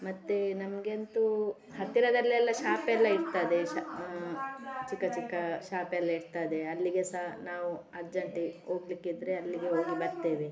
ಮತ್ತೆ ನಮಗೆ ಅಂತು ಹತ್ತಿರದಲ್ಲೆಲ್ಲ ಶಾಪ್ ಎಲ್ಲ ಇರ್ತದೆ ಶಾ ಚಿಕ್ಕ ಚಿಕ್ಕ ಶಾಪ್ ಎಲ್ಲ ಇರ್ತದೆ ಅಲ್ಲಿಗೆ ಸಹ ನಾವು ಅರ್ಜೆಂಟಿಗೆ ಹೋಗ್ಲಿಕಿದ್ರೆ ಅಲ್ಲಿಗೆ ಹೋಗಿ ಬರ್ತೇವೆ